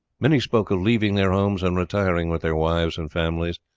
many spoke of leaving their homes and retiring with their wives and families,